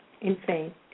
insane